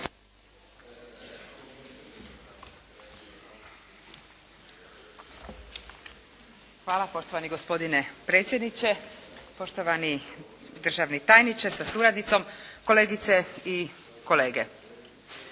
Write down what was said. Hvala poštovani gospodine predsjedniče, poštovani državni tajniče sa suradnicom, kolegice i kolege.